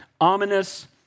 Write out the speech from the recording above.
ominous